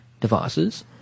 devices